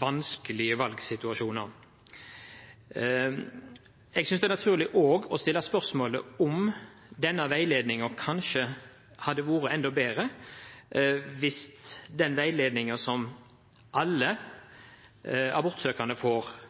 vanskelig valgsituasjon. Jeg synes det er naturlig å stille spørsmål ved om den veiledningen som alle abortsøkende får, hadde vært bedre dersom den var enda bedre kvalitetssikret. Jeg tror vi alle